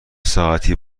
ساعتی